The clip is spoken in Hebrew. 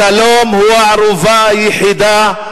השלום הוא הערובה היחידה,